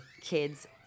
kids